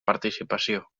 participació